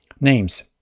names